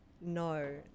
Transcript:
no